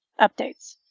updates